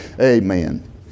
Amen